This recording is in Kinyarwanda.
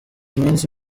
iminsi